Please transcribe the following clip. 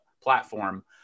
platform